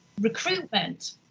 recruitment